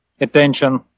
attention